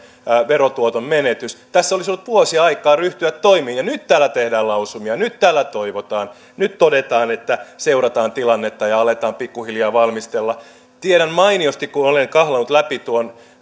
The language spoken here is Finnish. verotuoton menetys uhkaa meitä tässä olisi ollut vuosi aikaa ryhtyä toimiin ja nyt täällä tehdään lausumia ja nyt täällä toivotaan nyt todetaan että seurataan tilannetta ja aletaan pikku hiljaa valmistella tiedän mainiosti kun olen kahlannut läpi tuon